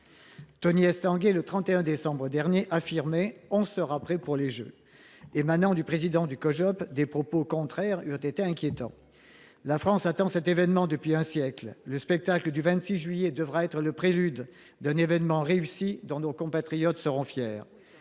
Tony Estanguet affirmait, le 31 décembre dernier :« On sera prêts pour les Jeux. » Émanant du président du Cojop, des propos contraires eussent été inquiétants. La France attend cet événement depuis un siècle ; le spectacle du 26 juillet prochain devra être le prélude de Jeux réussis, dont nos compatriotes seront fiers.